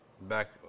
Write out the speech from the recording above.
Back